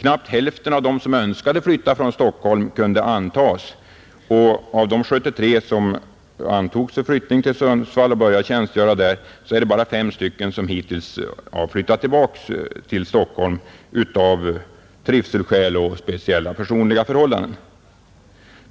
Knappt hälften av dem som önskade flytta från Stockholm kunde antas, och av de 73 som antogs för flyttning till Sundsvall och började tjänstgöra där är det bara fem som hittills har flyttat tillbaka till Stockholm, av trivselskäl och på grund av speciella personliga förhållanden,